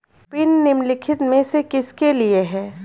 Pin निम्नलिखित में से किसके लिए है?